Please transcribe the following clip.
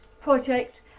project